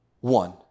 one